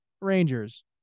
Rangers